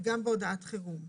וגם בהודעת חירום.